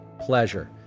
pleasure